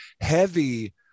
heavy